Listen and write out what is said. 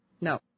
no